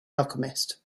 alchemist